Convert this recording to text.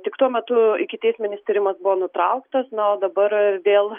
tik tuo metu ikiteisminis tyrimas buvo nutrauktas na o dabar vėl